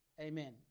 Amen